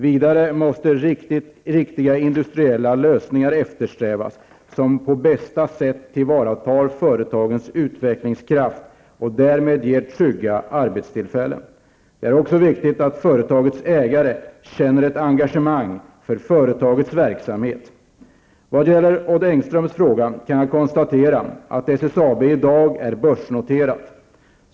Vidare måste riktiga industriella lösningar eftersträvas som på bästa sätt tillvaratar företagens utvecklingskraft och därmed ger trygga arbetstillfällen. Det är också viktigt att företagets ägare känner ett engagemang för företagets verksamhet. Vad gäller Odd Engströms fråga kan jag konstatera att SSAB i dag är börsnoterat.